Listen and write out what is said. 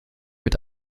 mit